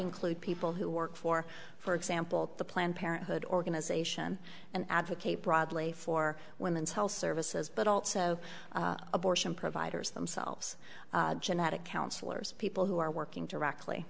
include people who work for for example the planned parenthood organization and advocate broadly for women's health services but also abortion providers themselves genetic counselors people who are working directly